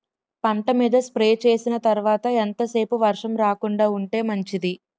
పంట మీద స్ప్రే చేసిన తర్వాత ఎంత సేపు వర్షం రాకుండ ఉంటే మంచిది?